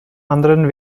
anderen